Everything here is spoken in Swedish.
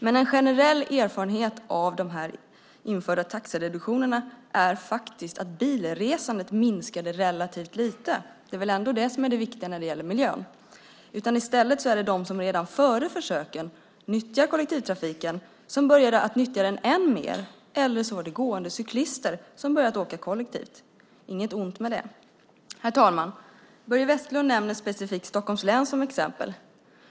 Men en generell erfarenhet av de införda taxereduktionerna är faktiskt att bilresandet minskade relativt lite. Det är väl ändå det som är det viktiga när det gäller miljön? I stället var det de som redan före försöken nyttjade kollektivtrafiken som började nyttja den än mer, eller så var det gående och cyklister som började åka kollektivt. Det är inget ont med det. Herr talman! Börje Vestlund nämner specifikt Stockholms län som exempel.